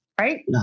right